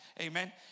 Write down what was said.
Amen